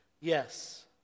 yes